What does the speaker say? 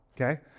okay